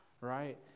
right